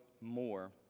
more